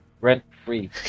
rent-free